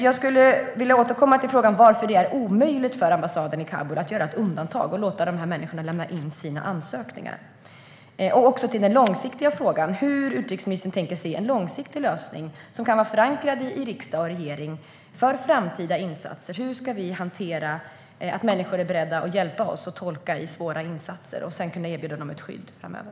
Jag skulle vilja återkomma till varför det är omöjligt för ambassaden i Kabul att göra ett undantag och låta dessa människor lämna in sina ansökningar. Jag undrar också hur utrikesministern tänker sig en långsiktig lösning - förankrad i riksdagen och regeringen - för framtida insatser. Hur ska vi hantera att människor är beredda att hjälpa oss med att tolka i samband med svåra insatser och sedan kunna erbjuda dem skydd framöver?